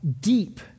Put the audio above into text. deep